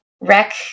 wreck